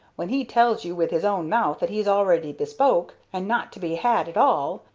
when he tells you with his own mouth that he's already bespoke and not to be had at all,